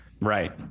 Right